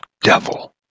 devil